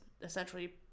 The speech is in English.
essentially